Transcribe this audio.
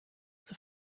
its